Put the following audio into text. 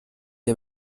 der